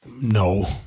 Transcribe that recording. No